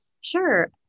Sure